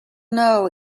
know